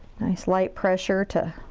nice light pressure to